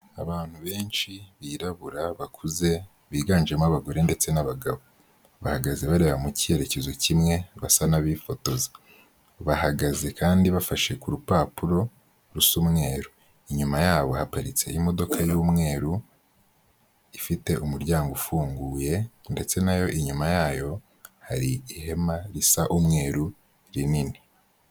Abantu benshi birabura bakuze biganjemo abagore ndetse n'abagabo, bahagaze bareba mu cyerekezo kimwe basa n'abifotoza, bahagaze kandi bafashe ku rupapuro rusa umweru, inyuma yabo haparitse imodoka y'umweru ifite umuryango ufunguye ndetse n'ayo inyuma yayo hari ihema risa umweru rinini.